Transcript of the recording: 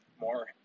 more